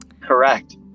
Correct